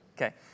Okay